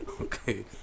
Okay